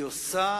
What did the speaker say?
היא עושה